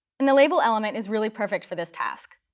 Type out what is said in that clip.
and the label element is really perfect for this task.